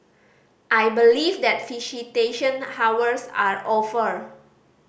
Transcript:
I believe that visitation hours are over